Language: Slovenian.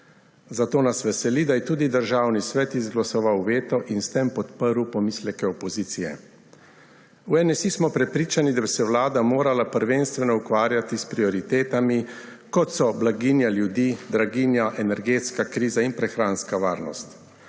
Zato nas veseli, da je tudi Državni svet izglasoval veto in s tem podprl pomisleke opozicije. V NSi smo prepričani, da bi se vlada morala prvenstveno ukvarjati s prioritetami, kot so blaginja ljudi, draginja, energetska kriza in prehranska varnost.